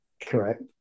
Correct